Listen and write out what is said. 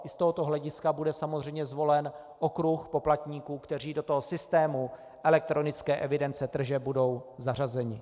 I z tohoto hlediska bude samozřejmě zvolen okruh poplatníků, kteří do toho systému elektronické evidence tržeb budou zařazeni.